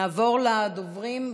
נעבור לדוברים.